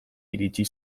iritsi